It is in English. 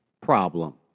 problem